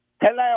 Hello